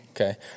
Okay